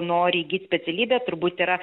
nori įgyt specialybę turbūt yra